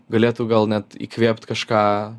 galėtų gal net įkvėpt kažką